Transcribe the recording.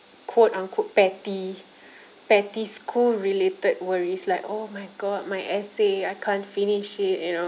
quote unquote petty petty school related worries like oh my god my essay I can't finish it you know